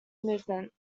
movement